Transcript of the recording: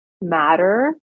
matter